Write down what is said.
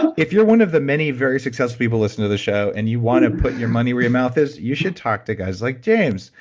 if you're one of the many very successful people who listen to the show, and you wanna put your money where your mouth is, you should talk to guys like james,